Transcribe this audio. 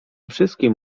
wszystkim